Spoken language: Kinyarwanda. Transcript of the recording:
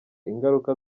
ingaruka